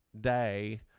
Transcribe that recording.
day